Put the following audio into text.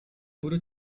budu